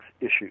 issues